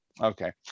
Okay